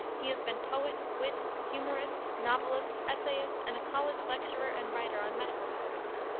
he has been poet, wit, humorist, novelist, essayist and a college lecturer and writer on medical topics.